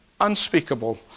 unspeakable